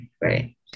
right